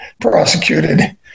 prosecuted